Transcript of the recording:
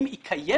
אם היא קיימת,